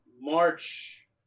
March